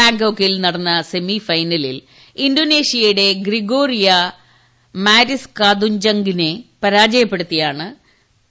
ബാങ്കോക്കിൽ നടന്ന സെമി ഫൈനലിൽ ഇന്തോനേഷ്യയുടെ ഗ്രിഗോരിയ മരിസ്കാതുഞ്ചംഗിനെ പരാജയപ്പെടുത്തിയാണ് പി